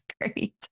great